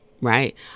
right